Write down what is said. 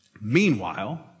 Meanwhile